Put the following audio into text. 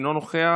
אינו נוכח,